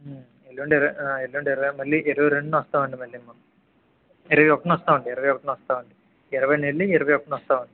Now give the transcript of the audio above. ఎల్లుండి ఇర ఎల్లుండి ఇరవై మళ్ళీ ఇరవై రెండున వస్తామండి మళ్ళీ మనం ఇరవై ఒకటిన వస్తామండి ఇరవై ఒకటిన వస్తామండి ఇరవైన వెళ్ళి ఇరవై ఒకటిన వస్తామండి